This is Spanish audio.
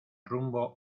rumbo